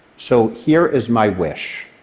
so here is my wish